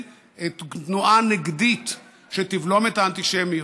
תנועה נגדית שתבלום את האנטישמיות.